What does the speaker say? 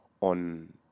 on